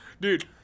Dude